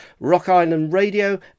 rockislandradio